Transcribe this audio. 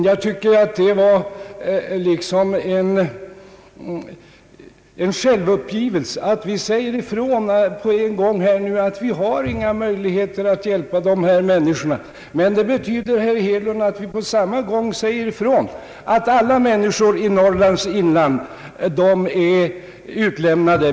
Jag tycker detta är något av en självuppgivelse. Det betyder att vi på en gång säger ifrån att vi inte har några möjligheter att hjälpa människorna där uppe. Men det betyder också, herr Hedlund, att vi på samma gång säger ifrån att alla människor i Norrlands inland är utlämnade.